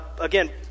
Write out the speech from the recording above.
Again